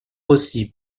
aussi